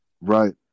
Right